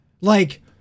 Like-